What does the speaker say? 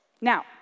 Now